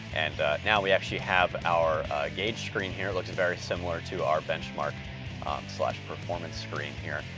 and now, we actually have our gauge screen here, looks very similar to our benchmark performance screen here.